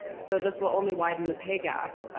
so this will only widen the pay gap.